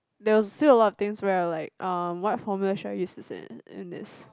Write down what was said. there was still a lot of things where I will like uh what formula should I use is in in this